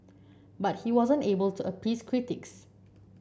but he wasn't able to appease critics